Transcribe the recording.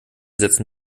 setzen